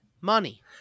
money